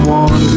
one